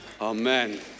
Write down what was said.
amen